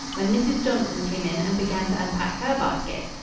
when mrs. johnson came in and began to unpack her basket.